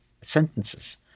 sentences